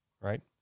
Right